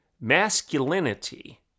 Masculinity